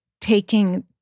taking